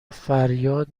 فریاد